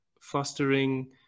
fostering